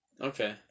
Okay